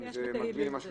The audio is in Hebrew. חוק עזר